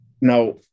Now